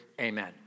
amen